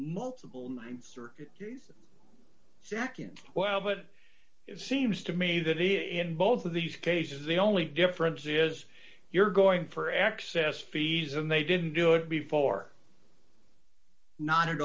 multiple mind circuit case the nd well but it seems to me that he and both of these cases the only difference is you're going for access fees and they didn't do it before not at